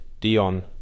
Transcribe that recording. Dion